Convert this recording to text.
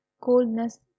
coldness